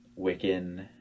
Wiccan